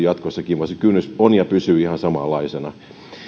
jatkossakin vaan se kynnys on ja pysyy ihan samanlaisena